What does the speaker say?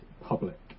public